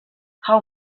how